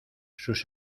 sus